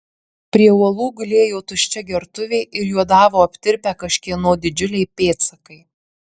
prie uolų gulėjo tuščia gertuvė ir juodavo aptirpę kažkieno didžiuliai pėdsakai